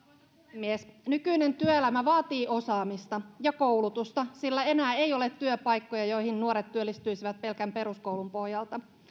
puhemies nykyinen työelämä vaatii osaamista ja koulutusta sillä enää ei ole työpaikkoja joihin nuoret työllistyisivät pelkän peruskoulun pohjalta